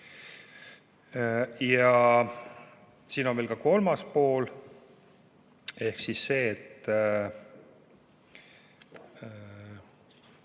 Siin on veel ka kolmas pool ehk siis see, et